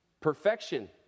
Perfection